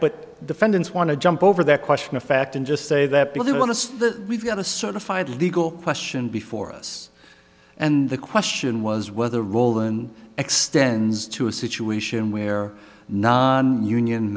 but defendants want to jump over the question of fact and just say that they want to see that we've got a certified legal question before us and the question was whether roland extends to a situation where non union